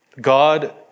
God